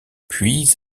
puis